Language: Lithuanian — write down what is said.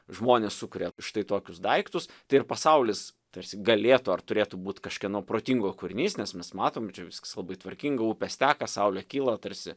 žmonės sukuria štai tokius daiktus tai ir pasaulis tarsi galėtų ar turėtų būt kažkieno protingo kūrinys nes mes matom čia viskas labai tvarkinga upės teka saulė kyla tarsi